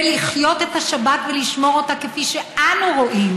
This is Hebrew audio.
ולחיות את השבת ולשמור אותה כפי שאנו רואים,